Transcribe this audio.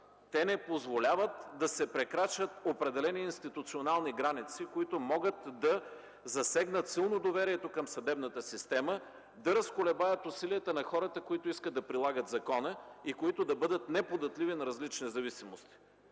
те не позволяват да се прекрачват определени институционални граници, които могат силно да засегнат доверието към съдебната система, да разколебаят силно усилията на хората, които искат да прилагат закона и да бъдат неподатливи на различни зависимости.